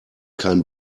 kein